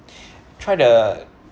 try to